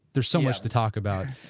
there is so much to talk about.